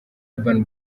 urban